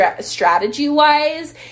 strategy-wise